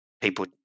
people